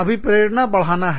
अभिप्रेरणा बढ़ाना है